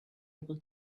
able